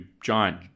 giant